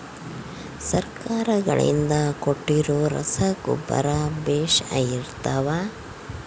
ಸರ್ಕಾರಗಳಿಂದ ಕೊಟ್ಟಿರೊ ರಸಗೊಬ್ಬರ ಬೇಷ್ ಇರುತ್ತವಾ?